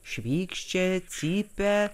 švykščia cypia